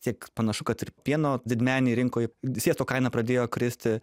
tiek panašu kad ir pieno didmeninėj rinkoj sviesto kaina pradėjo kristi